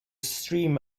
stream